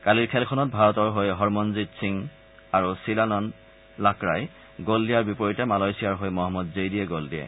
কালিৰ খেলখনত ভাৰতৰ হৈ হৰমনজিৎ সিং আৰু শিলানন্দ লাক্ৰাই গ'ল দিয়াৰ বিপৰীতে মালয়েছিয়াৰ হৈ মহম্মদ জেইদীয়ে গল দিয়ে